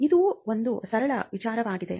ಇದು ಒಂದು ಸರಳ ವಿಚಾರವಾಗಿದೆ